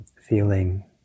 feeling